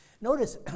Notice